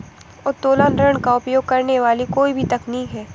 उत्तोलन ऋण का उपयोग करने वाली कोई भी तकनीक है